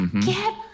Get